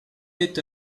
est